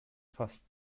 fast